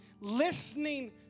listening